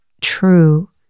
true